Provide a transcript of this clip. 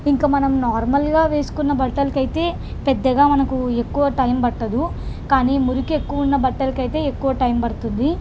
ఇంకా మనం నార్మల్గా వేసుకున్న బట్టలు అయితే పెద్దగా మనకు ఎక్కువ టైం పట్టదు కానీ మురికి ఎక్కువ ఉన్న బట్టలు అయితే టైం ఎక్కువ పడుతుంది